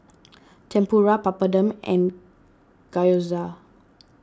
Tempura Papadum and Gyoza